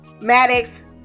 Maddox